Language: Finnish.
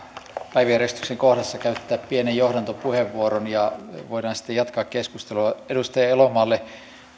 päiväjärjestyksen kohdassa käyttää pienen johdantopuheenvuoron ja voidaan sitten jatkaa keskustelua edustaja elomaalle